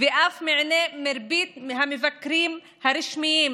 ואף מעיני מרבית מהמבקרים הרשמיים.